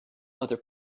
other